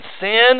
sin